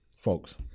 folks